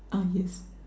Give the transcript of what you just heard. ah yes